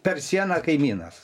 per sieną kaimynas